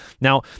Now